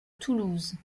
toulouse